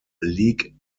league